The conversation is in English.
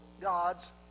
God's